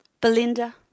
Belinda